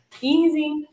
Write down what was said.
Easy